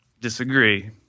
Disagree